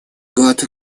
год